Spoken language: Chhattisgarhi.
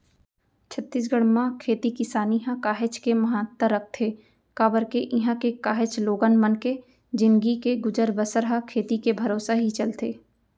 छत्तीसगढ़ म खेती किसानी ह काहेच के महत्ता रखथे काबर के इहां के काहेच लोगन मन के जिनगी के गुजर बसर ह खेती के भरोसा ही चलथे